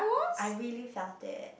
I really felt it